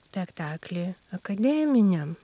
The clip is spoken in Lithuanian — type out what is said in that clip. spektaklį akademiniam